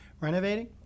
renovating